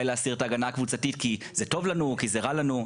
להסיר את ההגנה הקבוצתית כי זה טוב לנו או כי זה רע לנו.